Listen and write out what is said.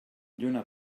lluna